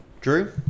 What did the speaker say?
Drew